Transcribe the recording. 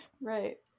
Right